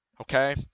Okay